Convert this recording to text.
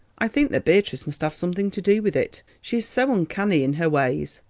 i think that beatrice must have something to do with it she is so uncanny in her ways.